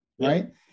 right